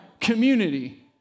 community